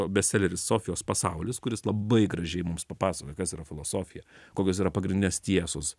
bestseleris sofijos pasaulis kuris labai gražiai mums papasakoja kas yra filosofija kokios yra pagrindinės tiesos